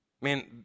Man